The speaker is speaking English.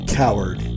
coward